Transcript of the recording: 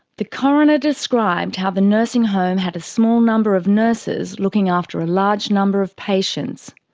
the coroner described how the nursing home had a small number of nurses looking after a large number of patients.